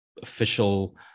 official